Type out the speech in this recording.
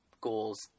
goals